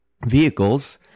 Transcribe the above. vehicles